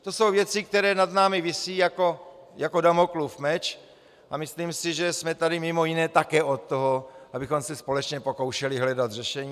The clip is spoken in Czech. To jsou věci, které nad námi visí jako Damoklův meč, a myslím si, že jsme tady mimo jiné také od toho, abychom se společně pokoušeli hledat řešení.